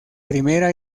primera